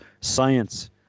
science